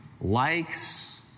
likes